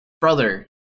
brother